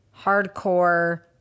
hardcore